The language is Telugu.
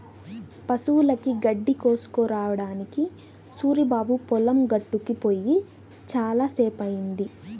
పశువులకి గడ్డి కోసుకురావడానికి సూరిబాబు పొలం గట్టుకి పొయ్యి చాలా సేపయ్యింది